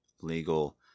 legal